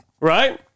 Right